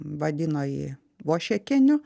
vadino jį vošekiniu